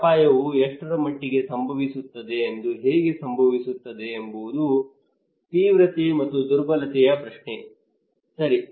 ಈ ಅಪಾಯವು ಎಷ್ಟರಮಟ್ಟಿಗೆ ಸಂಭವಿಸುತ್ತದೆ ಅದು ಹೇಗೆ ಸಂಭವಿಸುತ್ತದೆ ಎಂಬುದು ತೀವ್ರತೆ ಮತ್ತು ದುರ್ಬಲತೆಯ ಪ್ರಶ್ನೆ ಸರಿ